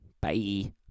Bye